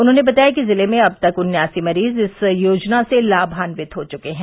उन्होंने बताया कि जिले में अब तक उन्नयासी मरीज इस योजना से लामान्यित हो चुके हैं